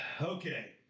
Okay